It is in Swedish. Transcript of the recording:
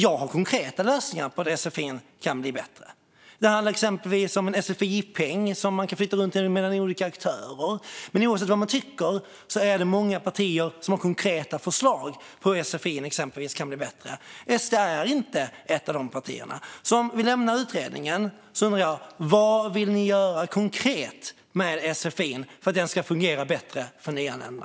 Jag har konkreta lösningar på hur sfi kan bli bättre; det handlar exempelvis om en sfi-peng som man kan flytta runt mellan olika aktörer. Men oavsett vad man tycker är det många partier som har konkreta förslag på hur exempelvis sfi kan bli bättre. SD är inte ett av dessa partier. Vi lämnar utredningen. Jag undrar: Vad, konkret, vill ni göra med sfi för att den ska fungera bättre för nyanlända?